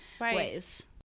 ways